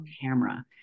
camera